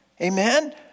Amen